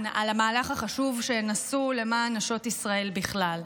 על המהלך החשוב שהן עשו למען נשות ישראל בכלל.